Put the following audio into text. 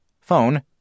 phone